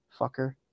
fucker